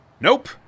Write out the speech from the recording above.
Nope